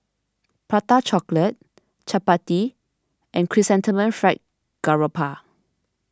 Prata Chocolate Chappati and Chrysanthemum Fried Garoupa